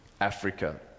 Africa